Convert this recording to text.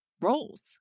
roles